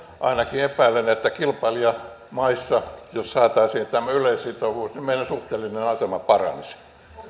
ainakin epäilen että kilpailijamaissa jos saataisiin tämä yleissitovuus meidän suhteellinen asemamme paranisi